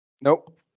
Nope